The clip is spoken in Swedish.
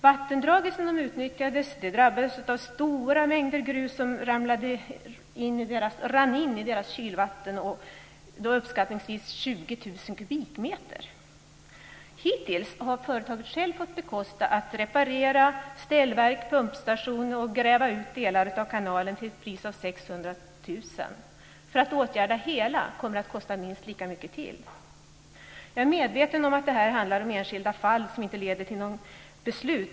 Vattendraget som man utnyttjar drabbades av att stora mängder grus, uppskattningsvis 20 000 kubikmeter, rann in i deras kylvatten. Hittills har företaget självt fått bekosta reparationer av ställverk och pumpstation och utgrävning av delar av kanalen till en kostnad av 600 000 kr. För att åtgärda allt kommer det att kosta minst lika mycket till. Jag är medveten om att detta handlar om enskilda fall och som inte leder till något beslut.